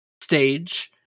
stage